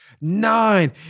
nine